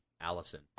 Allison